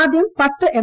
ആദ്യം പത്ത് എം